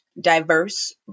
diverse